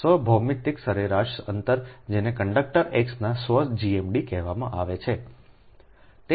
સ્વ ભૌમિતિક સરેરાશ અંતર જેને કન્ડક્ટર Xનો સ્વ GMD કહેવામાં આવે છે